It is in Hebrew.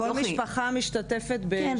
כל משפחה משתתפת --- כן,